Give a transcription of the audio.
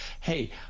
Hey